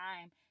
time